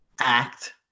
act